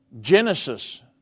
Genesis